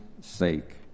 sake